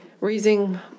raising